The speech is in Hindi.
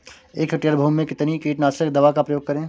एक हेक्टेयर भूमि में कितनी कीटनाशक दवा का प्रयोग करें?